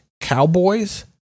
cowboys